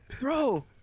bro